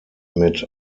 mit